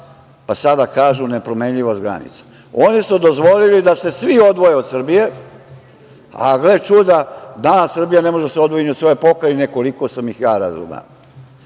pa sada kažu – nepromenjivost granica. Oni su dozvolili da se svi odvoje od Srbije, a gle čuda danas Srbija ne može da se odvoji od svoje Pokrajine, koliko sam ih ja razumeo.